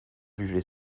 jugé